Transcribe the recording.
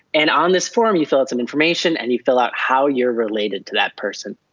and on this form you fill out some information, and you fill out how you're related to that person.